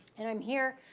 and i'm here,